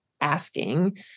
asking